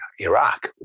Iraq